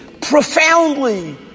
profoundly